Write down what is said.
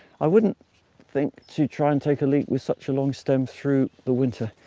i wouldn't think to try and take a leek with such a long stem through the winter.